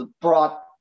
brought